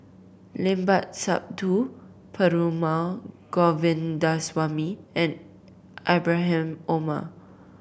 Limat Sabtu Perumal Govindaswamy and Ibrahim Omar